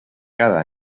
cada